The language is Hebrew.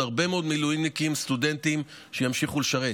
הרבה מאוד סטודנטים מילואימניקים שימשיכו לשרת.